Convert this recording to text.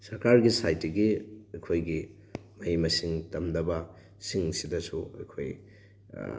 ꯁꯔꯀꯥꯔꯒꯤ ꯁꯥꯏꯠꯇꯒꯤ ꯑꯩꯈꯣꯏꯒꯤ ꯃꯍꯩ ꯃꯁꯤꯡ ꯇꯝꯗꯕ ꯁꯤꯡꯁꯤꯗꯁꯨ ꯑꯩꯈꯣꯏ